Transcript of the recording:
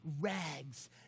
rags